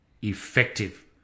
effective